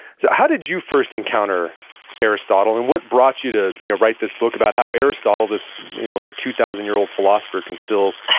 so how did you first encounter aristotle, and what brought you to you know write this book about how aristotle, this over two thousand year old philosopher, can still,